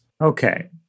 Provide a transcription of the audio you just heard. Okay